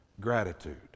gratitude